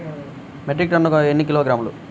Metric టన్నుకు ఎన్ని కిలోగ్రాములు?